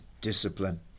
discipline